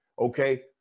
Okay